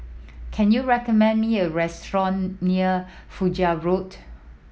can you recommend me a restaurant near Fajar Road